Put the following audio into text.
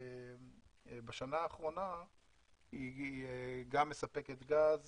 בשנה האחרונה היא גם מספקת גז